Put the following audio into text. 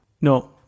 No